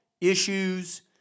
issues